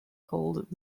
called